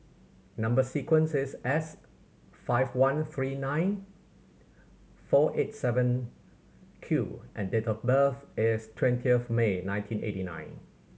number sequence is S five one three nine four eight seven Q and date of birth is twentieth May nineteen eighty nine